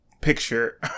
picture